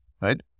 right